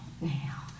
now